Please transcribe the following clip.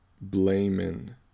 blaming